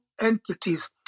entities